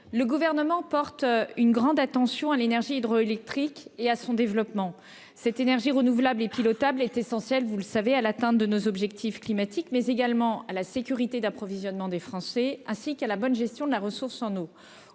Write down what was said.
Le gouvernement porte une grande attention à l'énergie hydroélectrique et à son développement, cette énergie renouvelable et pilotable est essentiel vous le savez à l'atteinte de nos objectifs climatiques, mais également à la sécurité d'approvisionnement des Français, ainsi qu'à la bonne gestion de la ressource en eau.